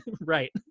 Right